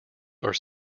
are